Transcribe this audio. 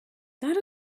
that